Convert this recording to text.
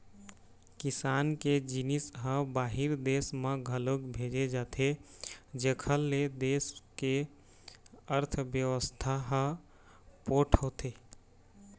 किसान के जिनिस ह बाहिर देस म घलोक भेजे जाथे जेखर ले देस के अर्थबेवस्था ह पोठ होथे